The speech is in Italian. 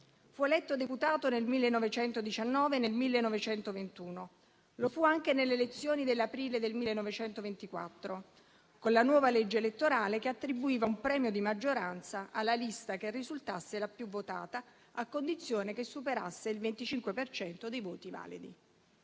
Fu eletto deputato nel 1919 e nel 1921. Lo fu anche nelle elezioni dell'aprile del 1924, con la nuova legge elettorale che attribuiva un premio di maggioranza alla lista che risultasse la più votata, a condizione che superasse il 25 per cento dei voti validi.